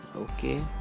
okay